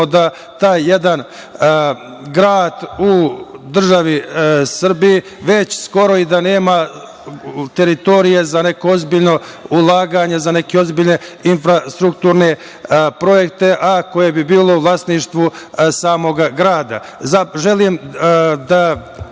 da taj jedan grad u državi Srbiji već skoro i da nema teritoriju za neko ozbiljno ulaganje, za neke ozbiljne infrastrukturne projekte, a koje bi bile u vlasništvu samog grada. Želim da